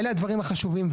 אלה הדברים החשובים.